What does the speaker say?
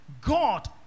God